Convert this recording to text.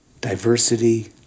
diversity